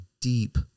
deep